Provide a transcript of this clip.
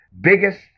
biggest